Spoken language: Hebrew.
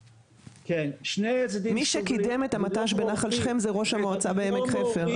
מי שקידם את המט"ש בנחל שכם הוא ראש המועצה בעמק חפר,